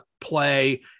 play